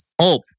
Hope